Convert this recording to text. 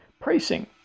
pricing